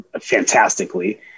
fantastically